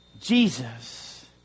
Jesus